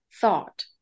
thought